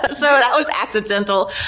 but so that was accidental.